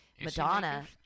Madonna